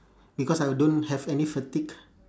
because I don't have any fatigue